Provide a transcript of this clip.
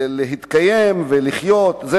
להתקיים ולחיות מהם,